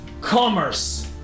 commerce